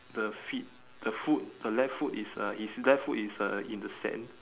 the feet the foot the left foot is uh is left foot is uh in the sand